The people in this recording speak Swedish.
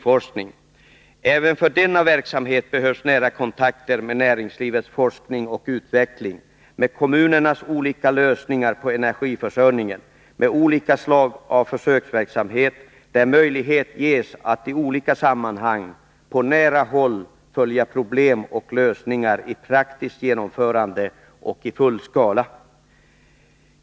För denna verksamhet behövs nära kontakter med näringslivets forskning och utveckling, med kommunernas olika lösningar på energiförsörjningen, med olika slag av försöksverksamhet, där verket ges möjlighet att i olika sammanhang på nära håll följa det praktiska arbetet med olika lösningar i projekt i full skala.